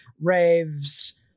Rave's